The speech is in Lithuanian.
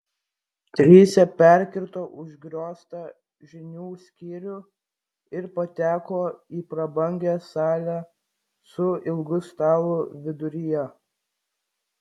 trise perkirto užgrioztą žinių skyrių ir pateko į prabangią salę su ilgu stalu viduryje